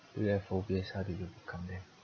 do you have phobias how do you overcome them